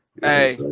hey